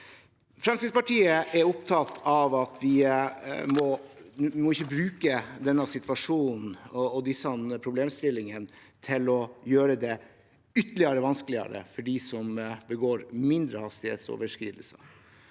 Fremskrittspartiet er opptatt av at vi ikke må bruke denne situasjonen og disse problemstillingene til å gjøre det ytterligere vanskelig for dem som begår mindre hastighetsoverskridelser.